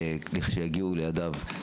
לכשיגיעו לידי השר,